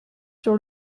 sur